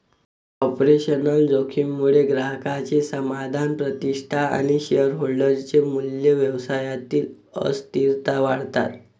operational जोखीम मुळे ग्राहकांचे समाधान, प्रतिष्ठा आणि शेअरहोल्डर चे मूल्य, व्यवसायातील अस्थिरता वाढतात